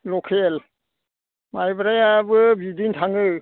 लखेल माइब्रायाबो बिदिनो थाङो